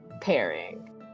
pairing